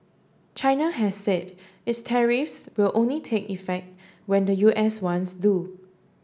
China has said its tariffs will only take effect when the U S ones do